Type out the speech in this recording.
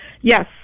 Yes